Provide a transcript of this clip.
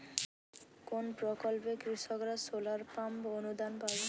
কোন প্রকল্পে কৃষকরা সোলার পাম্প অনুদান পাবে?